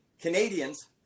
Canadians